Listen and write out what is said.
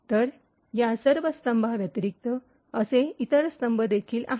तर या सर्व स्तंभांव्यतिरिक्त असे इतर स्तंभ देखील आहेत